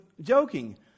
joking